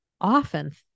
often